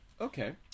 Okay